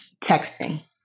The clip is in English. Texting